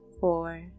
Four